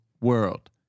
world